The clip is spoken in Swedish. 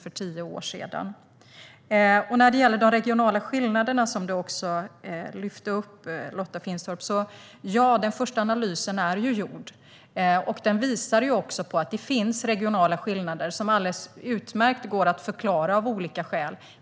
för tio år sedan. När det gäller de regionala skillnaderna, som Lotta Finstorp också lyfte upp, är ju den första analysen gjord. Den visar att det finns regionala skillnader som alldeles utmärkt går att förklara med olika skäl.